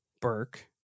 Burke